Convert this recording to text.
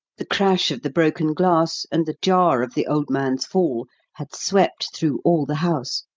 the crash of the broken glass and the jar of the old man's fall had swept through all the house,